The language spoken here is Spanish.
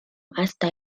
hasta